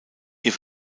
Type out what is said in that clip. ihr